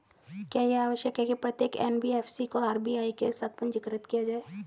क्या यह आवश्यक है कि प्रत्येक एन.बी.एफ.सी को आर.बी.आई के साथ पंजीकृत किया जाए?